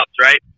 right